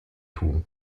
tun